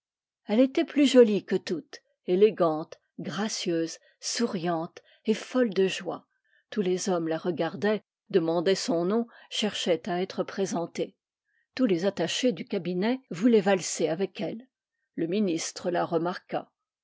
elle était plus jolie que toutes élégante gracieuse souriante et folle de joie tous les hommes la regardaient demandaient son nom cherchaient à être présentés tous les attachés du cabinet voulaient valser avec elle le ministre la remarqua